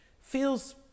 feels